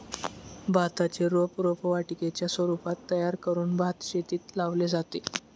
भाताचे रोप रोपवाटिकेच्या स्वरूपात तयार करून भातशेतीत लावले जाते